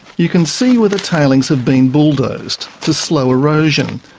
you can see where the tailings have been bulldozed to slow erosion.